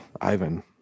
Ivan